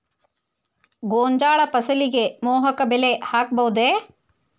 ಗೋಂಜಾಳ ಫಸಲಿಗೆ ಮೋಹಕ ಬಲೆ ಹಾಕಬಹುದೇ?